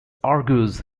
argues